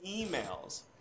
emails